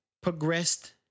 progressed